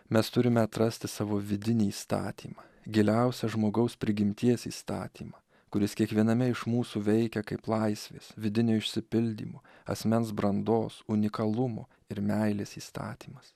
mes turime atrasti savo vidinį įstatymą giliausią žmogaus prigimties įstatymą kuris kiekviename iš mūsų veikia kaip laisvės vidinio išsipildymo asmens brandos unikalumo ir meilės įstatymas